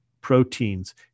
proteins